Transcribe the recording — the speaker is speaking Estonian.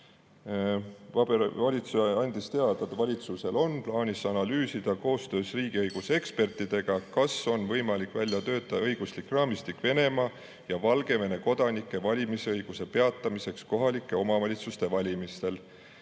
ehk valitsus andis teada, et valitsusel on plaanis analüüsida koostöös riigiõiguse ekspertidega, kas on võimalik välja töötada õiguslik raamistik Venemaa ja Valgevene kodanike valimisõiguse peatamiseks kohalike omavalitsuste valimistel